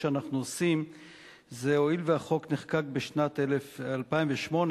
עברה בקריאה ראשונה,